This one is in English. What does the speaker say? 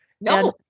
No